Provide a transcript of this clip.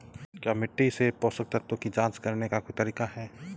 क्या मिट्टी से पोषक तत्व की जांच करने का कोई तरीका है?